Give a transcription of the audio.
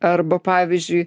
arba pavyzdžiui